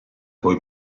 poi